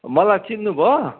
मलाई चिन्नुभयो